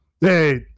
hey